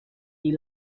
die